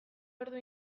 ordu